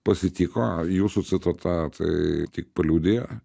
pasitiko jūsų citata tai tik paliudija